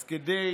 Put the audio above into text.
אז כדי